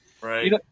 Right